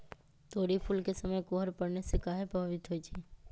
तोरी फुल के समय कोहर पड़ने से काहे पभवित होई छई?